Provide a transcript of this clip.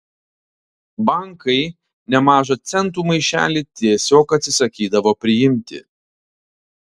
bankai nemažą centų maišelį tiesiog atsisakydavo priimti